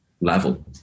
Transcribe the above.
level